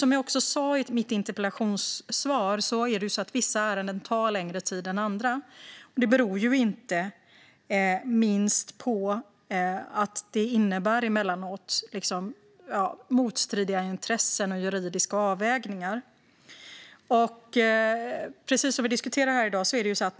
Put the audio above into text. Som jag sa i mitt interpellationssvar tar vissa ärenden längre tid än andra. Det beror inte minst på motstridiga intressen och juridiska avvägningar.